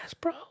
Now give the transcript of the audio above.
bro